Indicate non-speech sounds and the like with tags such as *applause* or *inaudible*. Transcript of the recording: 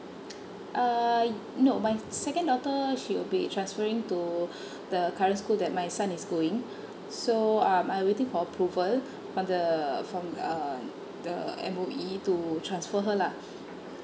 *noise* uh no my second daughter she'll be transferring to the current school that my son is going so um I waiting for approval from the from uh the M_O_E to transfer her lah